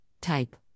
type